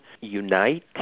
unite